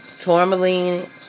tourmaline